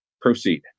Proceed